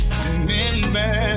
remember